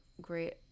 great